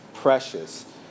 precious